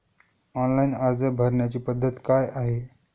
Online अर्ज भरण्याची पद्धत काय आहे?